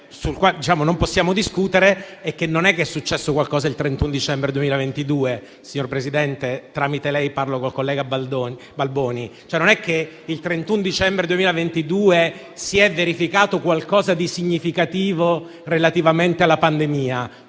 Balboni. Il 31 dicembre 2022 non si è verificato qualcosa di significativo relativamente alla pandemia.